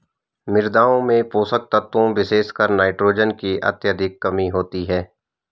मृदाओं में पोषक तत्वों विशेषकर नाइट्रोजन की अत्यधिक कमी होती है